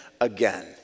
again